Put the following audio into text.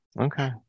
Okay